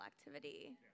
activity